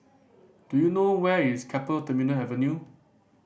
do you know where is Keppel Terminal Avenue